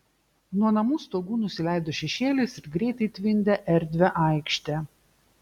nuo namų stogų nusileido šešėlis ir greitai tvindė erdvią aikštę